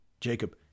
Jacob